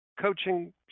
coaching